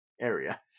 area